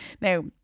Now